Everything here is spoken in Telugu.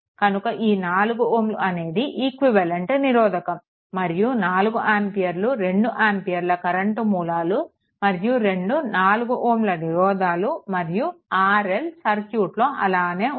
కనుక ఈ 4 Ω అనేది ఈక్వివాలెంట్ నిరోధకం మరియు 4 ఆంపియర్లు 2 ఆంపియర్ల కరెంట్ మూలాలు మరియు రెండు 4 Ω నిరోధాలు మరియు RL సర్క్యూట్లో అలానే ఉంటాయి